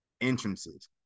Entrances